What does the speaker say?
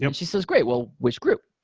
um she says, great. well, which group.